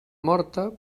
morta